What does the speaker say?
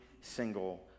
single